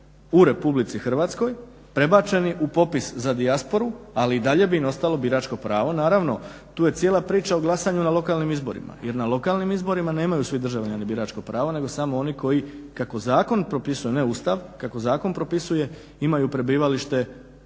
u Republici Hrvatskoj prebačeni u popis za dijasporu ali i dalje bi im ostalo biračko pravo. Naravno, tu je cijela priča o glasanju na lokalnim izborima jer na lokalnim izborima nemaju svi državljani biračko pravo nego samo oni koji kako zakon propisuje, ne Ustav, kako zakon propisuje imaju prebivalište u